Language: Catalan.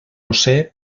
josé